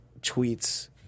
tweets